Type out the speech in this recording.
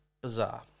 bizarre